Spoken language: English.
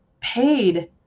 paid